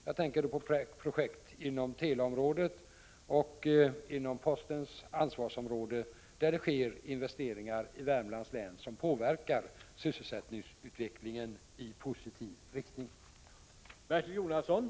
Jag tänker då på de investeringar som görs i Värmlands län inom teleområdet och inom postens ansvarsområde och som påverkar sysselsättningsutvecklingen i positiv riktning.